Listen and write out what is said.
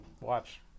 watch